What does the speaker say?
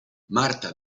marta